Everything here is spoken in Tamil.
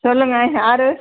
சொல்லுங்கள் யார்